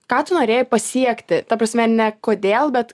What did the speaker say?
ką tu norėjai pasiekti ta prasme ne kodėl bet